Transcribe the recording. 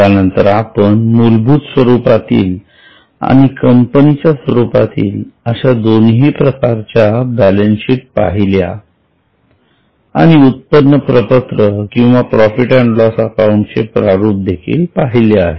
त्यानंतर आपण मूलभूत स्वरूपातील आणि कंपनीच्या स्वरूपातील अश्या दोन्ही प्रकारच्या बॅलन्सशीट पहिल्या आणि उत्पन्न प्रपत्र किंवा प्रॉफिट अँड लॉस अकाउंटचे प्रारूप देखिल पाहिले आहे